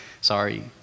Sorry